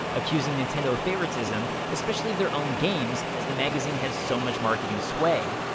accusing nintendo of favoritism, especially of their own games as the magazine had so much marketing sway.